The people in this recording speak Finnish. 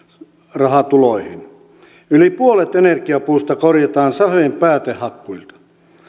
kantorahatuloihin yli puolet energiapuusta korjataan sahojen päätehakkuilta